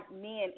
men